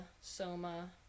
soma